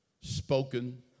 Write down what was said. spoken